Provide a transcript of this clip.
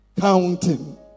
Counting